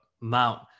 Mount